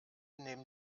nehmen